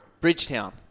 Bridgetown